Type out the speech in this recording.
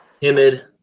timid